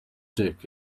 dick